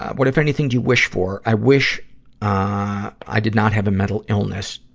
what, if anything, do you wish for? i wish ah i did not have a mental illness.